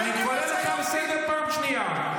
אני קורא אותך לסדר בפעם השנייה.